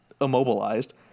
immobilized